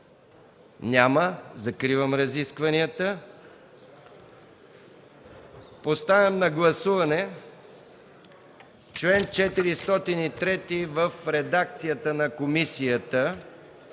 Няма. Закривам разискванията. Поставям на гласуване чл. 403 в редакцията на комисията,